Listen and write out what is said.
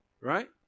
right